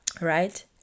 right